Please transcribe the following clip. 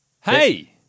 Hey